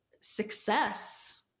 success